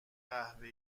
قهوه